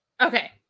okay